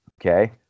Okay